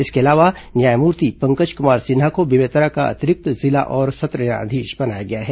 इसके अलावा न्यायमूर्ति पंकज कुमार सिन्हा को बेमेतरा का अतिरिक्त जिला और सत्र न्यायाधीश बनाया गया है